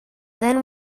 then